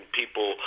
people